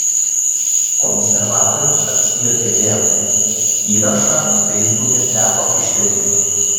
konservatorius apsijuokė vėl įrašą feisbuke teko ištrinti